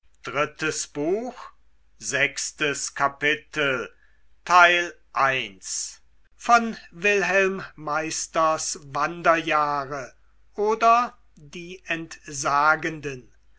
goethe wilhelm meisters wanderjahre oder die entsagenden